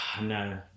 No